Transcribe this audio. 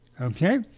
Okay